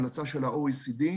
ניר,